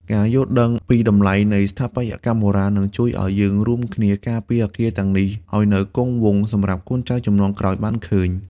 ការយល់ដឹងពីតម្លៃនៃស្ថាបត្យកម្មបុរាណ នឹងជួយឱ្យយើងរួមគ្នាការពារអគារទាំងនេះឱ្យនៅគង់វង្សសម្រាប់កូនចៅជំនាន់ក្រោយបានឃើញ។